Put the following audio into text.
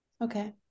okay